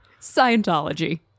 Scientology